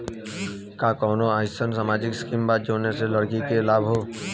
का कौनौ अईसन सामाजिक स्किम बा जौने से लड़की के लाभ हो?